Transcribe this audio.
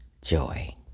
Joy